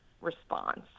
response